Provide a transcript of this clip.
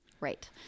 Right